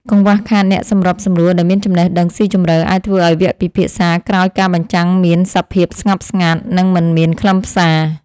កង្វះខាតអ្នកសម្របសម្រួលដែលមានចំណេះដឹងស៊ីជម្រៅ អាចធ្វើឱ្យវគ្គពិភាក្សាក្រោយការបញ្ចាំងមានសភាពស្ងប់ស្ងាត់ និងមិនមានខ្លឹមសារ។